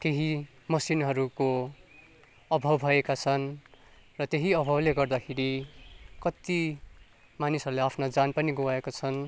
केही मेसिनहरूको अभाव भएका छन् र त्यही अभावले गर्दाखेरि कत्ति मानिसहरूले आफ्नो ज्यान पनि गुमाएका छन्